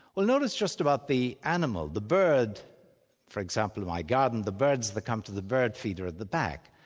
well notice just about the animal, the bird for example in my garden, the birds that come to the bird-feeder at the back,